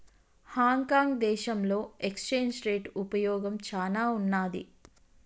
Hong Kong దేశంలో exchange rate ఉపయోగం చానా ఉన్నాది